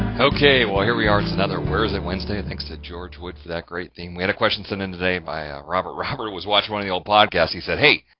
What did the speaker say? okay, here we are, it's another where is it wednesday, thanks to george wood for that great theme. we had a question sent in today by ah robert. robert was watching one of the old podcasts, he said, hey,